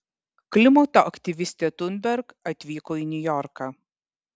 klimato aktyvistė thunberg atvyko į niujorką